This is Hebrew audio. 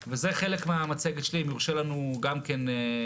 וזה חלק מהמצגת שלי, אם יורשה לנו גם כן.